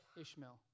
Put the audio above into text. Ishmael